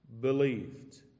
believed